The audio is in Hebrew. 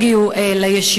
והם לא הגיעו לישיבה.